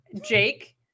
Jake